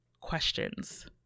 questions